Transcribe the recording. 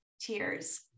tears